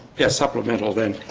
yeah supplemental then